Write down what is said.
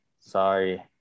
sorry